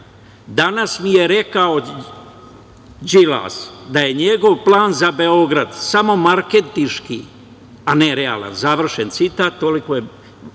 danas mi je rekao Đilas da je njegov plan za Beograd samo marketinški, a ne realan, završen citat. Tako je